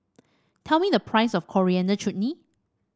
tell me the price of Coriander Chutney